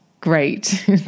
great